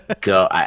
go